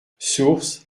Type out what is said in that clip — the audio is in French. source